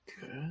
good